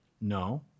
No